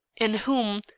in whom,